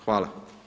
Hvala.